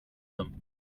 them